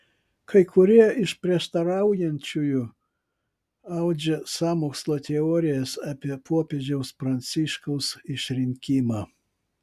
kai kurie iš prieštaraujančiųjų audžia sąmokslo teorijas apie popiežiaus pranciškaus išrinkimą